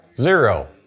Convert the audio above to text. Zero